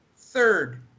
third